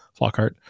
Flockhart